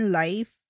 life